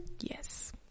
Yes